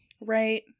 Right